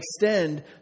extend